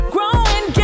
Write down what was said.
Growing